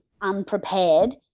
unprepared